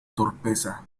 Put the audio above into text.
torpeza